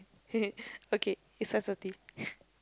okay it's sensitive